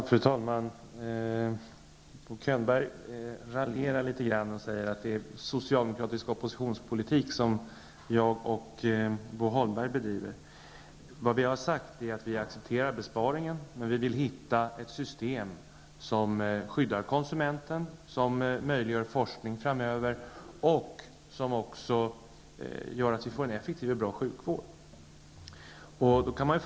Fru talman! Bo Könberg raljerar litet och säger att jag och Bo Holmberg bedriver socialdemokratisk oppositionspolitik. Vi har sagt att vi accepterar besparingen men att vi vill hitta ett system som skyddar konsumenten, som möjliggör forskning framöver och som gör att vi får en effektiv och bra sjukvård.